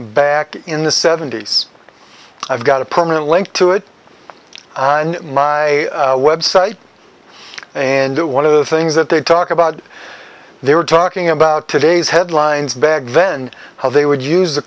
back in the seventy's i've got a permanent link to it on my website and one of the things that they talk about they were talking about today's headlines back then how they would use the